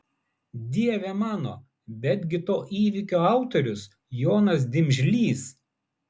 dieve mano betgi to įvykio autorius jonas dimžlys